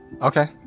Okay